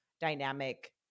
dynamic